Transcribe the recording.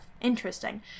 interesting